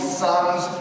son's